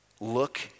look